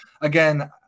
again